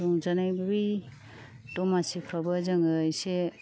रंजानाय बै दमासि फ्रावबो जोङो एसे